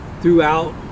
throughout